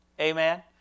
Amen